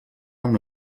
una